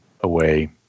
away